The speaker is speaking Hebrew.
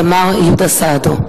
הזמר יהודה סעדו.